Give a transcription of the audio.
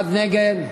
אחד נגד,